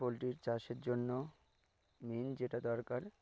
পোলট্রীর চাষের জন্য মেন যেটা দরকার